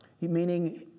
Meaning